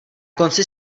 konci